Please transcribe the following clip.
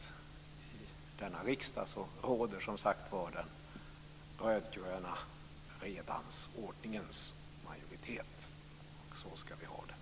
I denna riksdag råder som sagt var den rödgröna redans och ordningens majoritet, och så ska vi ha det!